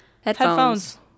Headphones